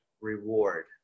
reward